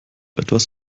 etwas